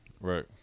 Right